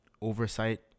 oversight